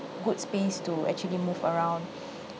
good space to actually move around